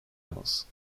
else